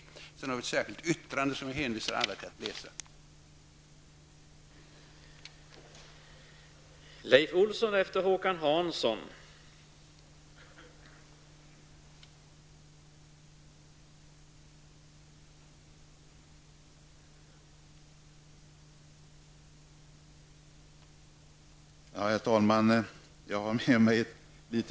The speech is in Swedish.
Vi har dessutom ett särskilt yttrande till betänkandet, och jag hänvisar alla till att läsa detta.